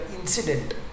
incident